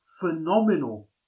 phenomenal